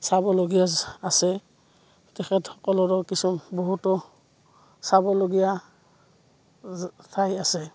চাবলগীয়া আছে তেখেতসকলৰো কিছু বহুতো চাবলগীয়া ঠাই আছে